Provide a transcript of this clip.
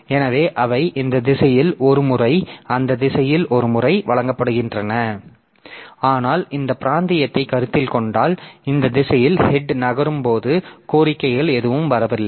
எனவே அவை இந்த திசையில் ஒரு முறை அந்த திசையில் ஒரு முறை வழங்கப்படுகின்றன ஆனால் இந்த பிராந்தியத்தை கருத்தில் கொண்டால் இந்த திசையில் ஹெட் நகரும் போது கோரிக்கைகள் எதுவும் வரவில்லை